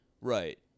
right